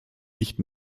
nicht